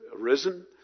arisen